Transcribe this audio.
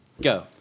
Go